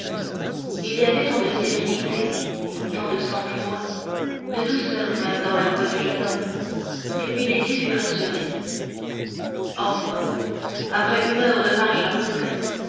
ii y avait tant de sérénité de sang-froid de douceur même dans la voix du jeune homme que milady fut rassurée enfin après une heure de marche à peu près